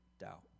doubt